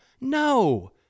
No